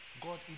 God